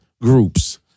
groups